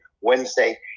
Wednesday